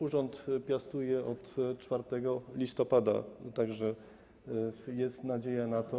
Urząd piastuję od 4 listopada, tak że jest nadzieja na to.